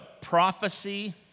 prophecy